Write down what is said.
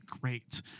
great